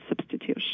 substitution